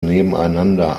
nebeneinander